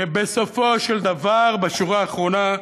שבסופו של דבר, בשורה האחרונה,